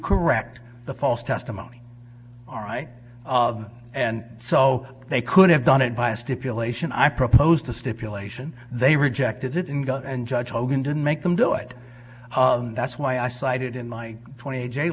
correct the false testimony aright of and so they could have done it by stipulation i proposed a stipulation they rejected it and go and judge hogan didn't make them do it and that's why i cited in my twent